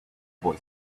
boy